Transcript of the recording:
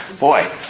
Boy